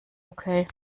okay